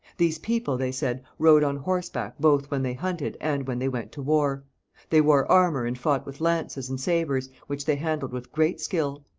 these people, they said, rode on horseback both when they hunted and when they went to war they wore armour and fought with lances and sabres, which they handled with great skill.